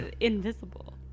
invisible